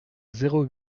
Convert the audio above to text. zéro